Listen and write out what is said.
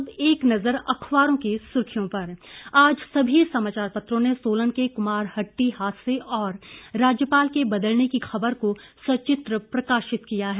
अब एक नजर अखबारों की सुर्खियों पर आज सभी समाचार पत्रों ने सोलन के कुमारहट्टी हादसे और राज्यपाल के बदलने की खबर को सचित्र प्रकाशित किया है